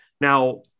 now